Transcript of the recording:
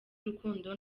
urukundo